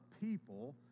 people